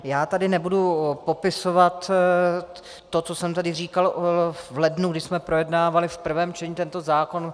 Já tady nebudu popisovat to, co jsem tady říkal v lednu, když jsme projednávali v prvém čtení tento zákon.